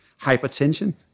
hypertension